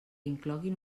incloguin